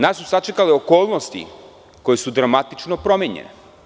Nas su sačekale okolnosti koje su dramatično promenjene.